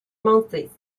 months